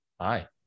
Hi